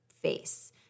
face